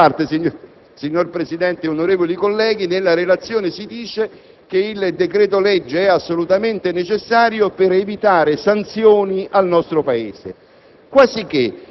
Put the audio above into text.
D'altra parte, signor Presidente, onorevoli colleghi, nella relazione si afferma che il decreto-legge è assolutamente necessario per evitare sanzioni al nostro Paese,